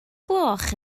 gloch